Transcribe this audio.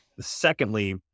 secondly